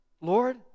Lord